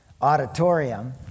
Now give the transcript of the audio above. auditorium